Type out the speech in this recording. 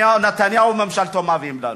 שנתניהו וממשלתו מביאים לנו.